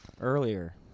earlier